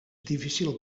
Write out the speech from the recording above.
difícil